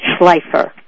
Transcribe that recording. Schleifer